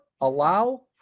Allow